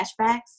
flashbacks